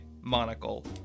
monocle